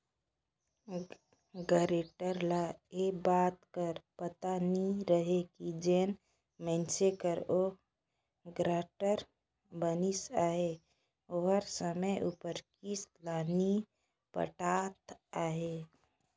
guarantor ल ए बात कर पता नी रहें कि जेन मइनसे कर ओ गारंटर बनिस अहे ओहर समे उपर किस्त ल नी पटात अहे